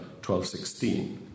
1216